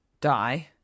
die